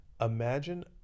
Imagine